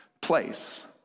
place